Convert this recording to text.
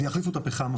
ויחליפו את הפחם.